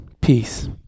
Peace